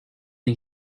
you